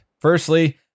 Firstly